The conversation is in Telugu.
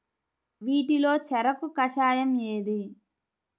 వీటిలో చెరకు కషాయం ఏది?